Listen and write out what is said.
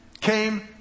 came